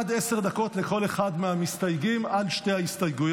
עד עשר דקות לכל אחד מהמסתייגים על שתי ההסתייגויות.